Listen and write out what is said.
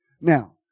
Now